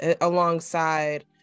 alongside